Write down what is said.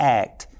act